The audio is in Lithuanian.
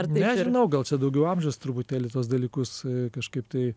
nežinau gal čia daugiau amžius truputėlį tuos dalykus kažkaip tai